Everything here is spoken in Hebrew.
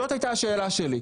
זאת הייתה השאלה שלי,